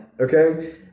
Okay